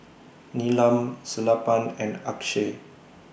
Neelam Sellapan and Akshay